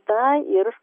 na ir